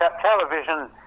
television